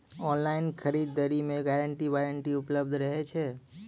Online खरीद दरी मे गारंटी वारंटी उपलब्ध रहे छै?